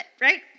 right